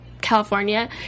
California